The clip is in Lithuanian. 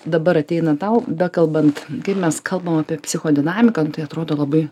dabar ateina tau bekalbant kai mes kalbam apie psichodinamiką nu tai atrodo labai